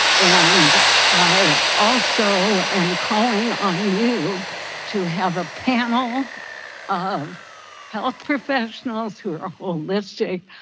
and i also am calling on you to have a panel of health professionals who are holistic,